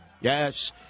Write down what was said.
Yes